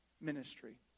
ministry